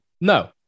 No